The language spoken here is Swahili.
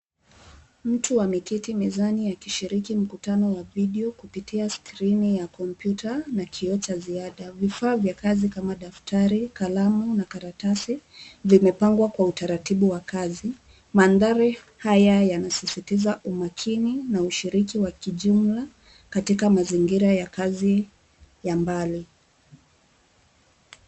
Mtu ameketi mezani akishiriki mkutano wa video kupitia skrini ya kompyuta na kioo cha ziada. Vifaa vya kazi kama daftari, kalamu na karatasi zimepangwa kwa utaratibu wa kazi. Mandhari haya yanasisitiza umakini na ushiriki wa kijumla katika mazingira ya kazi ya mbali.